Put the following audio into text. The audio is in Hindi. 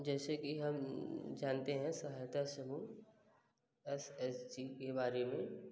जैसे कि हम जानते हैं सहायता समूह ऐसे एस एस जी के बारे में